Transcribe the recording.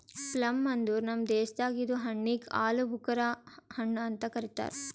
plum ಅಂದುರ್ ನಮ್ ದೇಶದಾಗ್ ಇದು ಹಣ್ಣಿಗ್ ಆಲೂಬುಕರಾ ಹಣ್ಣು ಅಂತ್ ಕರಿತಾರ್